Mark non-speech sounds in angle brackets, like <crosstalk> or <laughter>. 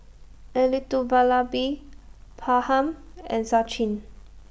Elattuvalapil <unintelligible> and Sachin